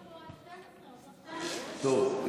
כתוב לנו עד 12:00. עכשיו 12:00. טוב,